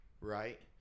right